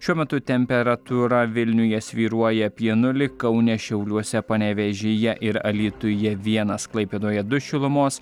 šiuo metu temperatūra vilniuje svyruoja apie nulį kaune šiauliuose panevėžyje ir alytuje vienas klaipėdoje du šilumos